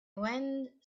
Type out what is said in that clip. went